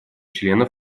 членов